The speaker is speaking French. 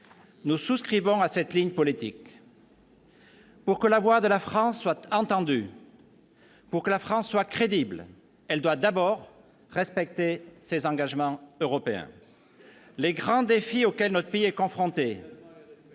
Nous souscrivons à cette ligne politique. Pour que la voix de la France soit entendue, pour que la France soit crédible, elle doit d'abord respecter ses engagements européens. Les Allemands, pour les respecter,